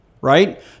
right